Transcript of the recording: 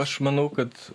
aš manau kad